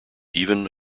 even